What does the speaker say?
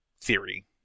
theory